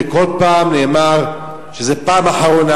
וכל פעם נאמר שזו פעם אחרונה,